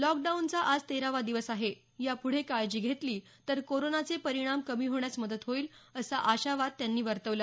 लॉकडाऊनचा आज तेरावा दिवस आहे यापुढे काळजी घेतली तर कोरोनाचे परिणाम कमी होण्यास मदत होईल असा आशावाद त्यांनी वर्तवला